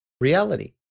reality